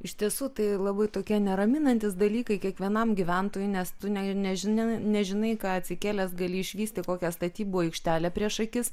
iš tiesų tai labai tokie neraminantys dalykai kiekvienam gyventojui nes tu ne nežinai nežinai ką atsikėlęs gali išvysti kokią statybų aikštelę prieš akis